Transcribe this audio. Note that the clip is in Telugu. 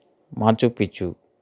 మాచుపిచు